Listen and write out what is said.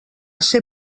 ser